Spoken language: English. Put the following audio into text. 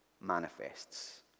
manifests